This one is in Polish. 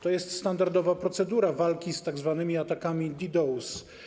To jest standardowa procedura walki z tzw. atakami DDoS.